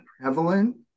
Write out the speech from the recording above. prevalent